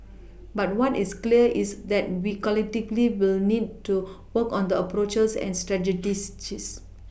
but what is clear is that we collectively will need to work on the approaches and